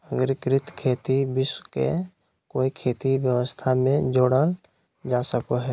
एग्रिकृत खेती विश्व के कोई खेती व्यवस्था में जोड़ल जा सको हइ